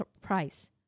price